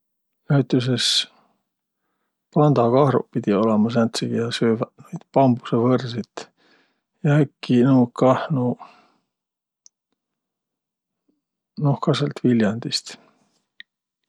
Näütüses pandakahruq pidiq olõma sääntseq, kiä sööväq noid bambusõvõrsit. Ja äkki nuuq kah, nuuq, noh, kah säält Viljändist.